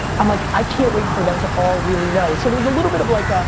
i'm like, i can't wait for them to all really know. so there was a little bit of, like, a,